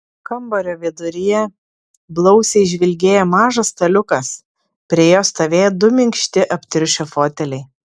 kambario viduryje blausiai žvilgėjo mažas staliukas prie jo stovėjo du minkšti aptriušę foteliai